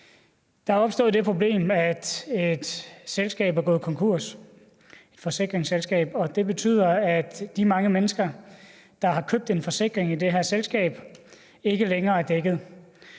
Der er opstået det problem, at et forsikringsselskab er gået konkurs, og det betyder, at de mange mennesker, der har købt en forsikring i det her selskab, ikke længere er dækket.